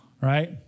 right